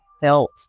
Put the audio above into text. felt